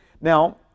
now